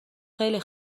خیلی